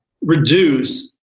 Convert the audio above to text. reduce